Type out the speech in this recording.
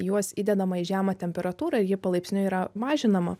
juos įdedama į žemą temperatūrą ir ji palaipsniui yra mažinama